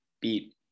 beat